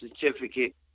certificate